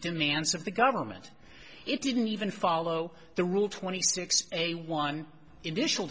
demands of the government it didn't even follow the rule twenty six a one initial